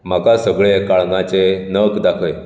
म्हाका सगळे काळंगाचे नग दाखय